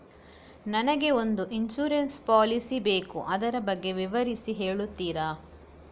ನನಗೆ ಒಂದು insurance policy ಬೇಕು ಅದರ ಬಗ್ಗೆ ವಿವರಿಸಿ ಹೇಳುತ್ತೀರಾ?